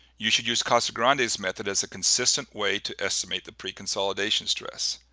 you should use cassagrande's method as a consistent way to estimate the preconsolidation stress.